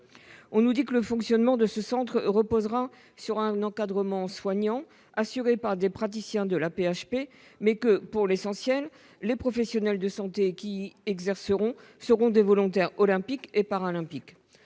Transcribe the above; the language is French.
2024. Le fonctionnement de ce centre devrait reposer sur un encadrement soignant assuré par des praticiens de l'AP-HP. Toutefois, l'essentiel des professionnels de santé qui y exerceront seront des volontaires olympiques et paralympiques.